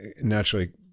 naturally